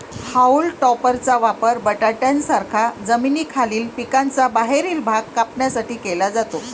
haulm टॉपरचा वापर बटाट्यांसारख्या जमिनीखालील पिकांचा बाहेरील भाग कापण्यासाठी केला जातो